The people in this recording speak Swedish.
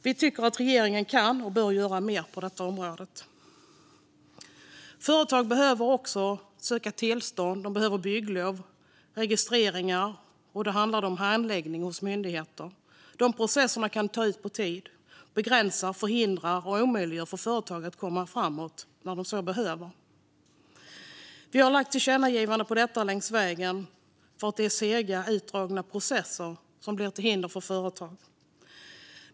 Vi tycker att regeringen kan och bör göra mer på detta område. Företag behöver också söka tillstånd och bygglov samt göra registreringar. Då handlar det om handläggning hos myndigheter. Dessa processer kan dra ut på tiden, begränsa företagen och förhindra eller omöjliggöra för dem att komma framåt när de så behöver. Vi har riktat tillkännagivanden om detta längs vägen. Dessa sega och utdragna processer blir hinder för företagen.